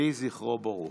יהי זכרו ברוך.